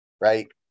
right